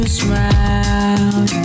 smile